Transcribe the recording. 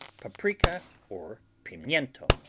paprika or pimiento.